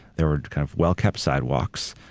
there were kind of well-kept sidewalks,